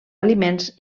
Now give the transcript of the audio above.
aliments